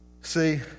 See